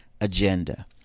agenda